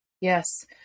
Yes